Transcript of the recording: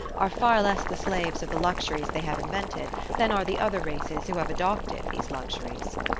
are far less the slaves of the luxuries they have invented than are the other races who have adopted these luxuries.